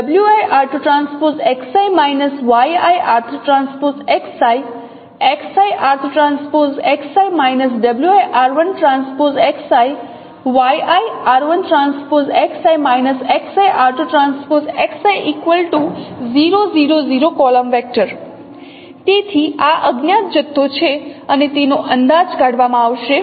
તેથી આ અજ્ઞાત જથ્થો છે અને તેનો અંદાજ કાઢવામાં આવશે